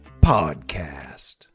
podcast